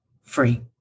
free